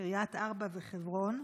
קריית ארבע וחברון.